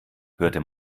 hörte